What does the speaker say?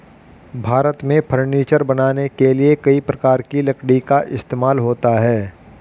भारत में फर्नीचर बनाने के लिए कई प्रकार की लकड़ी का इस्तेमाल होता है